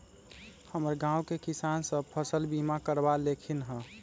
हमर गांव के किसान सभ फसल बीमा करबा लेलखिन्ह ह